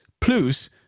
plus